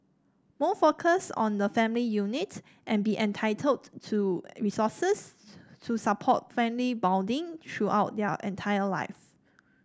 more focus on the family unit and be entitled to resources to support family bonding throughout their entire life